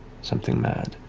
something mad.